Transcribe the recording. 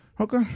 Okay